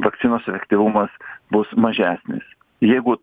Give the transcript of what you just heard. vakcinos efektyvumas bus mažesnis jeigu